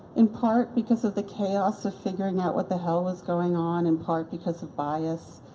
in part because of the chaos of figuring out what the hell was going on, in part because of bias.